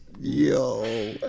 Yo